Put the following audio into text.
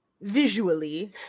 visually